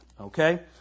Okay